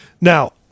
Now